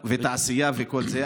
ותעשייה וכל זה,